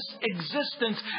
existence